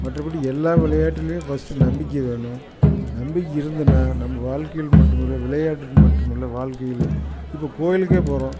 மற்றபடி எல்லா விளையாட்டுலையுமே ஃபஸ்ட்டு நம்பிக்கை வேணும் நம்பிக்கை இருந்ததுனா நம்ம வாழ்க்கையில் மட்டுமல்ல விளையாட்டில் மட்டுமல்ல வாழ்க்கையில இப்போ கோவிலுக்கே போகிறோம்